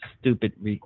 stupid